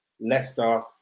Leicester